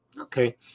Okay